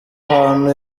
hantu